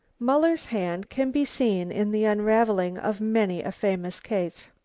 muller's hand can be seen in the unravelling of many a famous case.